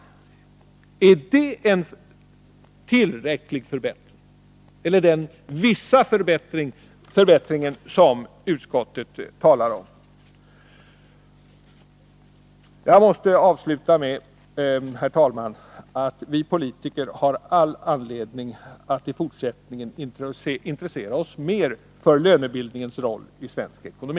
Är det i så fall en tillräcklig förbättring eller är det ”en viss förbättring”? Jag måste, herr talman, avsluta med att säga att vi politiker har all anledning att i fortsättningen intressera oss mera för lönebildningens roll i svensk ekonomi.